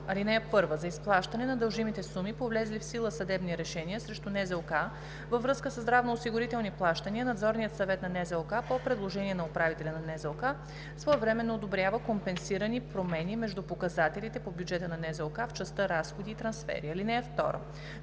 „§ 1а. (1) За изплащане на дължимите суми по влезли в сила съдебни решения срещу НЗОК във връзка със здравноосигурителни плащания Надзорният съвет на НЗОК по предложение на управителя на НЗОК своевременно одобрява компенсирани промени между показателите по бюджета на НЗОК в частта разходи и трансфери. (2)